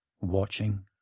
watching